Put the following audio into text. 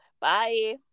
Bye